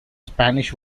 spanish